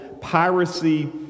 piracy